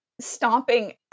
stomping